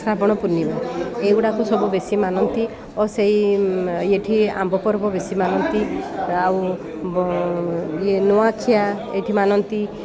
ଶ୍ରାବଣ ପୂର୍ଣ୍ଣିମା ଏଇଗୁଡ଼ାକ ସବୁ ବେଶୀ ମାନନ୍ତି ଓ ସେଇ ଏଇଠି ଆମ୍ବ ପର୍ବ ବେଶୀ ମାନନ୍ତି ଆଉ ଇଏ ନୂଆଖିଆ ଏଠି ମାନନ୍ତି